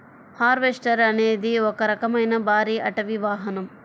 harvester అనేది ఒక రకమైన భారీ అటవీ వాహనం